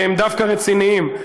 הם דווקא רציניים.